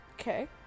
Okay